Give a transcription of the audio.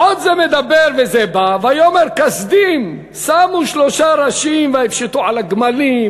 עוד זה מדבר וזה בא ויאמר: כשדים שמו שלושה ראשים ויפשטו על הגמלים,